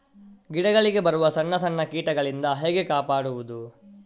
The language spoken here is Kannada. ಗಿಡಗಳಿಗೆ ಬರುವ ಸಣ್ಣ ಸಣ್ಣ ಕೀಟಗಳಿಂದ ಹೇಗೆ ಕಾಪಾಡುವುದು?